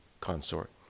Consort